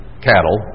cattle